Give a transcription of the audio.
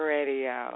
Radio